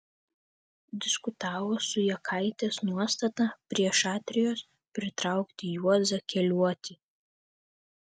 diskutavo su jakaitės nuostata prie šatrijos pritraukti juozą keliuotį